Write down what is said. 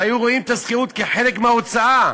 והיו רואים את השכירות כחלק מההוצאה.